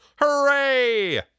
Hooray